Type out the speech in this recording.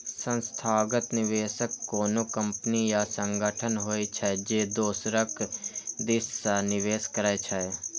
संस्थागत निवेशक कोनो कंपनी या संगठन होइ छै, जे दोसरक दिस सं निवेश करै छै